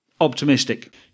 optimistic